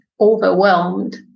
overwhelmed